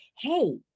hey